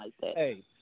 Hey